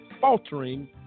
faltering